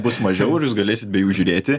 bus mažiau ir jūs galėsit be jų žiūrėti